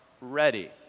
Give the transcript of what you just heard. ready